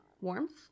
warmth